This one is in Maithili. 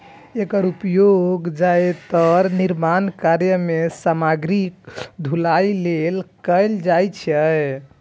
एकर उपयोग जादेतर निर्माण कार्य मे सामग्रीक ढुलाइ लेल कैल जाइ छै